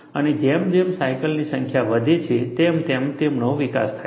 અને જેમ જેમ સાયકલની સંખ્યા વધે છે તેમ તેમ તેમનો વિકાસ થાય છે